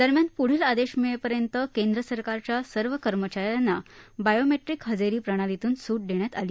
दरम्यान प्ढील आदेश मिळेपर्यंत केंद्र सरकारच्या सर्व कर्मचाऱ्यांना बायोमेट्रिक हजेरी प्रणालीतून सूट देण्यात आली